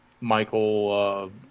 Michael